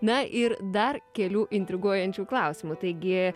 na ir dar kelių intriguojančių klausimų taigi